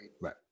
Right